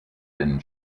been